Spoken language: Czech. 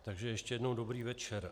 Takže ještě jednou dobrý večer.